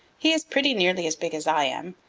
he is pretty nearly as big as i am,